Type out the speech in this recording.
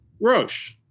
Roche